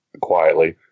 quietly